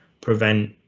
prevent